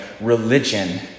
religion